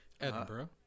Edinburgh